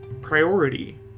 priority